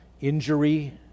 injury